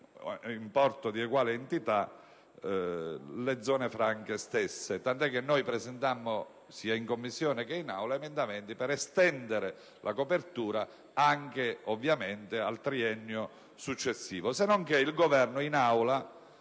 importo di eguale entità. Tant'è che noi presentammo sia in Commissione che in Aula emendamenti volti ad estendere la copertura anche al triennio successivo. Se nonché il Governo in Aula,